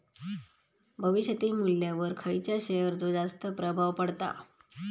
भविष्यातील मुल्ल्यावर खयच्या शेयरचो जास्त प्रभाव पडता?